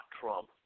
Trump